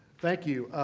thank you.